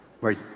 Right